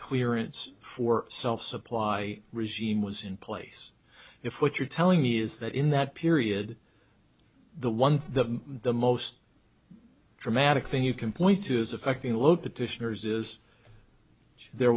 clearance for self supply regime was in place if what you're telling me is that in that period the one thing the the most dramatic thing you can point to is affecting low petitioner's is there